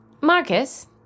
Marcus